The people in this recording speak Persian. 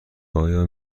آیا